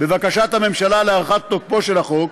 בבקשת הממשלה להארכת תוקפו של החוק,